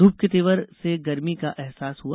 धूप के तेवर से गर्मी का अहसास हआ